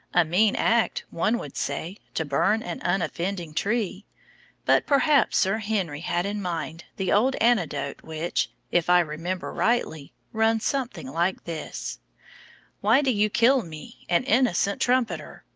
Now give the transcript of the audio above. a mean act, one would say, to burn an unoffending tree but perhaps sir henry had in mind the old anecdote which, if i remember rightly, runs something like this why do you kill me, an innocent trumpeter?